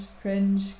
cringe